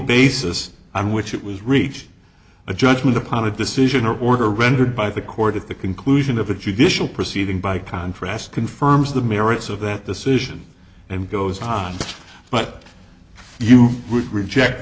basis on which it was reached a judgment upon a decision or order rendered by the court at the conclusion of a judicial proceeding by contrast confirms the merits of that decision and goes on but you reject